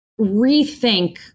rethink